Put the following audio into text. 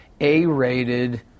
A-rated